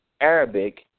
Arabic